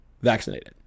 vaccinated